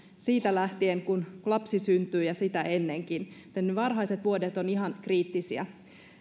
siitä lähtien kun lapsi syntyy ja sitä ennenkin joten varhaiset vuodet ovat ihan kriittisiä